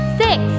six